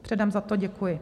Předem za to děkuji.